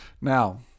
Now